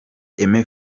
aime